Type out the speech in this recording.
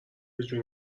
جون